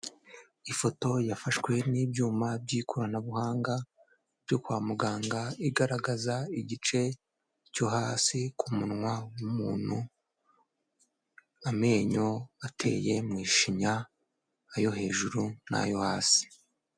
Ifoto yafashwe n'ibyuma by'ikoranabuhanga byo kwa muganga, igaragaza igice cyo hasi ku munwa w'umuntu, amenyo ateye mu ishinya ayo hejuru n'ayo hasi.